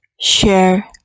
share